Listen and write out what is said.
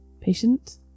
Patient